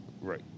Right